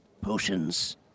potions